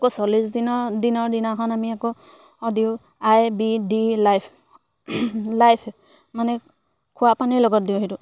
আকৌ চল্লিছ দিনৰ দিনৰ দিনাখন আমি আকৌ দিওঁ I B D life life মানে খোৱা পানীৰ লগত দিওঁ সেইটো